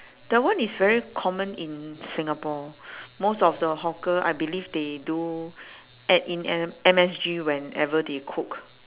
that one is very common in singapore most of the hawker I believe they do add in M M_S_G whenever they cook